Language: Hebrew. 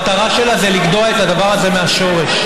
המטרה שלה זה לגדוע את הדבר הזה מהשורש.